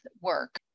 work